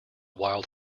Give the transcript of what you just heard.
wild